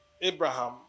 Abraham